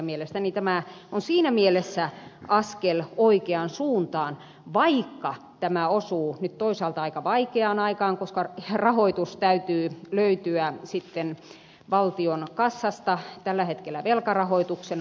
mielestäni tämä on siinä mielessä askel oikeaan suuntaan vaikka tämä osuu nyt toisaalta aika vaikeaan aikaan koska rahoitus täytyy löytää valtion kassasta tällä hetkellä velkarahoituksena